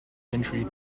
entry